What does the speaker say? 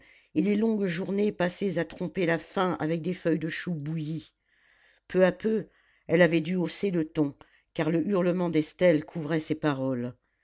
et les longues journées passées à tromper la faim avec des feuilles de choux bouillies peu à peu elle avait dû hausser le ton car le hurlement d'estelle couvrait ses paroles